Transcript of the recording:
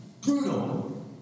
Brutal